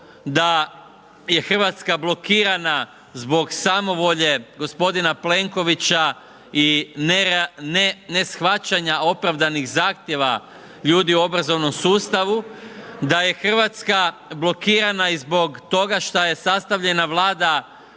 da je Hrvatska blokirana zbog samovolje gospodina Plenkovića i neshvaćanja opravdanih zahtjeva ljudi u obrazovnom sustavu, da je Hrvatska blokirana i zbog toga šta je sastavljena Vlada